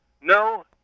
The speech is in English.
No